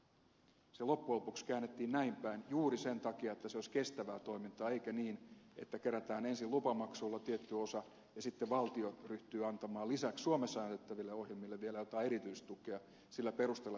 se loppujen lopuksi käännettiin näinpäin juuri sen takia että se olisi kestävää toimintaa eikä niin että kerätään ensin lupamaksuilla tietty osa ja sitten valtio ryhtyy antamaan lisäksi suomessa näytettäville ohjelmille vielä jotain erityistukea sillä perusteella että ne tulevat jostain muualta